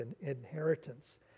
inheritance